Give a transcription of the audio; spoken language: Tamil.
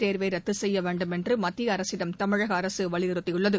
தேர்வை ரத்து செய்ய வேண்டும் என்று மத்திய அரசிடம் தமிழக அரசு வலியுறுத்தியுள்ளது